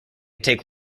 take